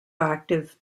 active